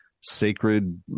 sacred